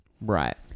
Right